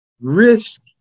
Risk